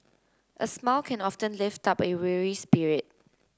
a smile can often lift up a weary spirit